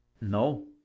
No